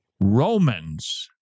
Romans